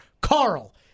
Carl